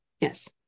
Yes